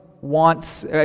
wants